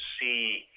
see